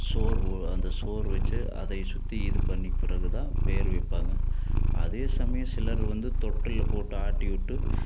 சோர்வு அந்த சோறு வெச்சு அதை சுற்றி இது பண்ணி பிறகுதான் பேர் வைப்பாங்க அதே சமயம் சிலர் வந்து தொட்டில்ல போட்டு ஆட்டிவிட்டு